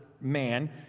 man